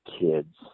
kids